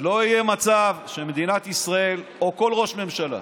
לא יהיה מצב שמדינת ישראל, שכל ראש ממשלה